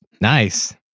nice